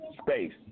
space